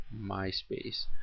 MySpace